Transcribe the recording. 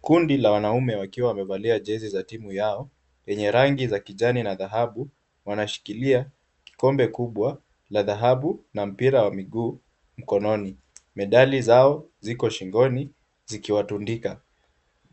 Kundi la wanume wakiwa wamevalia jezi za timu yao enye rangi ya kijani na dhahabu wanashikilia kikombe kubwa la dhahabu na mpira wa miguu mkononi, medali zao ziko shingoni zikiwatundika.